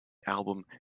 album